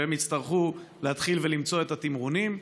והם יצטרכו להתחיל למצוא את התמרונים.